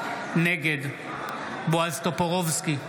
נגד בועז טופורובסקי,